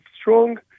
strong